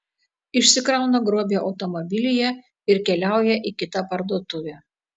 išsikrauna grobį automobilyje ir keliauja į kitą parduotuvę